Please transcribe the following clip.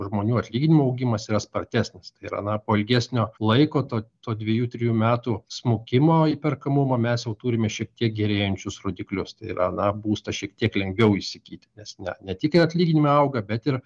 žmonių atlyginimų augimas yra spartesnis tai yra na po ilgesnio laiko to to dviejų trijų metų smukimo įperkamumą mes jau turime šiek tiek gerėjančius rodiklius tai yra na būstą šiek tiek lengviau įsigyti nes ne ne tik atlyginimai auga bet ir